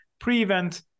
pre-event